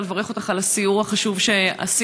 ואני רוצה לברך אותך על הסיור החשוב שעשינו,